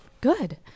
good